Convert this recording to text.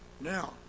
Now